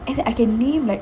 as in I can name like